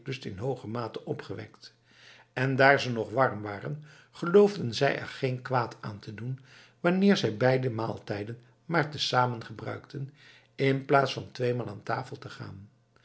in hooge mate opgewekt en daar ze nog warm waren geloofden zij er geen kwaad aan te doen wanneer zij beide maaltijden maar te zamen gebruikten in plaats van tweemaal aan tafel te gaan